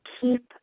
keep